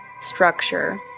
structure